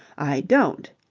i don't,